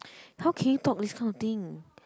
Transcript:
how can you talk this kind of thing